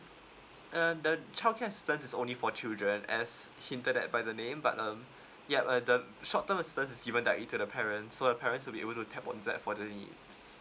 err the childcare assistance only for children as hinted that by the name but um yup err the short term assistance is given directly to the parents so the parents will be able to tap on that for their needs